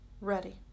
Ready